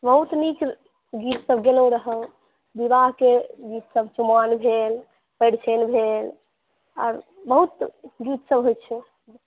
बहुत नीक गीत सभ गेलहुँ रह विवाहके गीत सभ चुमाओन भेल परिछन भेल आर बहुत गीत सभ होइ छै